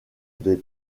des